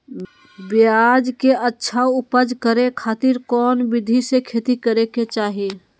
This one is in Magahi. प्याज के अच्छा उपज करे खातिर कौन विधि से खेती करे के चाही?